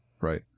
right